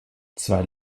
zwei